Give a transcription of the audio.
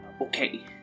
Okay